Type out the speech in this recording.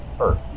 earth